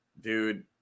dude